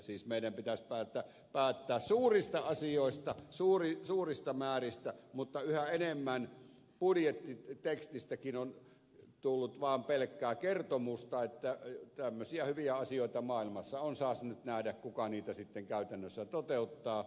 siis meidän pitäisi päättää suurista asioista suurista määristä mutta yhä enemmän budjettitekstistäkin on tullut vain pelkkää kertomusta että tämmöisiä hyviä asioita maailmassa on saas nyt nähdä kuka niitä sitten käytännössä toteuttaa